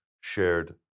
shared